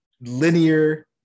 linear